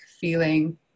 feeling